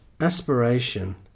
Aspiration